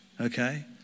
okay